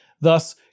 thus